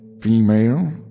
female